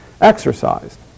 exercised